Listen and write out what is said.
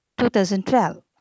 2012